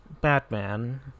Batman